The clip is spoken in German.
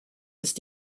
ist